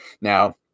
now